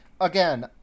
again